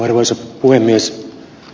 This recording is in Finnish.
arvoisa puhemies